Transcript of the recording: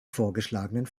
vorgeschlagenen